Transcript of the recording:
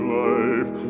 life